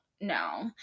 no